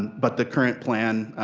but the current plan,